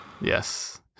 Yes